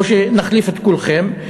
או שנחליף את כולכם.